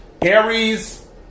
Aries